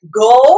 go